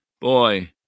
boy